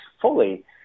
fully